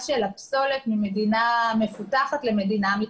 הפסולת ממדינה מפותחת למדינה מתפתחת.